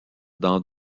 dans